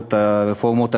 את הרפורמות הכלכליות,